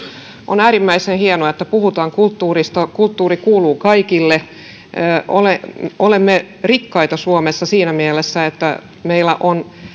on äärimmäisen hienoa että puhutaan kulttuurista kulttuuri kuuluu kaikille olemme rikkaita suomessa siinä mielessä että meillä on